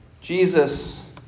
Jesus